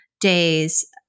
days